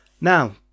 now